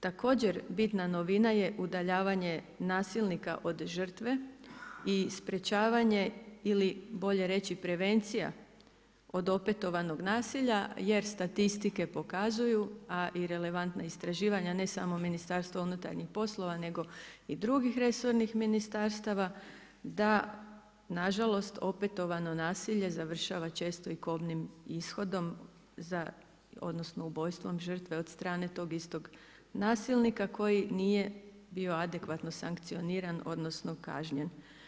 Također bitna novina je udaljavanje nasilnika od žrtve ili sprečavanje ili bolje reći prevencija od opetovanog nasilja jer statistike pokazuju, a i relevantna istraživanja ne samo MUP-a nego i drugih resornih ministarstava da nažalost opetovano nasilje završava često i kobnim ishodom odnosno ubojstvom žrtve od strane tog istog nasilnika koji nije bio adekvatno sankcioniran odnosno kažnjen.